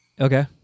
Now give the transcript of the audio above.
Okay